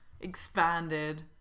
expanded